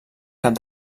cap